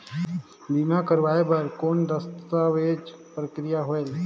बीमा करवाय बार कौन दस्तावेज प्रक्रिया होएल?